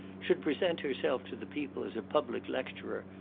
should present herself to the people as a public lecturer,